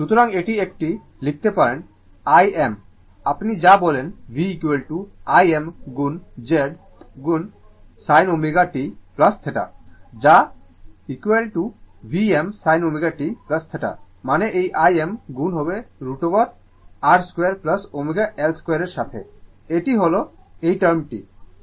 সুতরাং এটি একটি লিখতে পারেন Im আপনি যা বলেন v Im গুণ Z গুণ sin ω t θ যা Vm sin ω t θ মানে এই Im গুণ হবে √ R 2 ω L 2 এর সাথে এটি হল টার্মটি